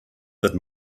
that